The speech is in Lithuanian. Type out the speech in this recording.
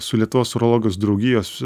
su lietuvos urologijos draugijos